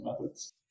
methods